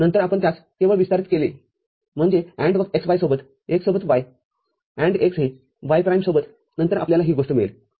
नंतर आपण त्यास केवळ विस्तारित केले म्हणजे AND x y सोबत x सोबत y AND x हे y प्राईमसोबतनंतर आपल्याला ही गोष्ट मिळेल